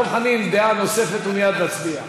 דב חנין, דעה נוספת, ומייד נצביע.